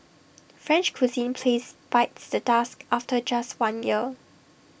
French cuisine place bites the dust after just one year